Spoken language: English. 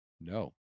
No